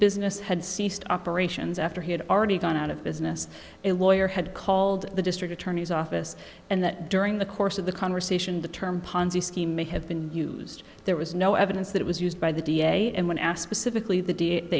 business had ceased operations after he had already gone out of business and lawyer had called the district attorney's office and that during the course of the conversation the term ponzi scheme may have been used there was no evidence that was used by the d a and when asked specifically the